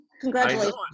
Congratulations